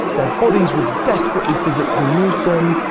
their bodies would desperately physically need them,